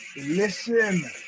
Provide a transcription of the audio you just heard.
listen